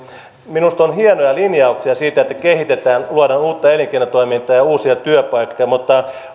minusta on hienoja linjauksia siitä että kehitetään luodaan uutta elinkeinotoimintaa ja ja uusia työpaikkoja mutta